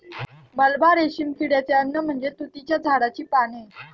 मलबा रेशीम किड्याचे अन्न म्हणजे तुतीच्या झाडाची पाने